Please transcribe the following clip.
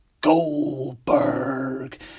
Goldberg